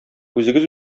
үзегез